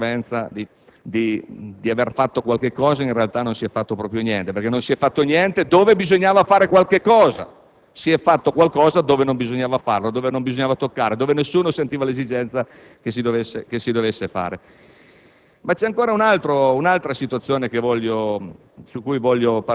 ciò che esso non fa. Per dare solamente una parvenza di aver fatto qualcosa in realtà non si è fatto proprio niente. Non si è fatto niente dove bisognava fare qualcosa e si è invece fatto qualcosa dove non bisognava farlo, dove non bisognava toccare, dove nessuno sentiva l'esigenza di fare